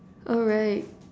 alright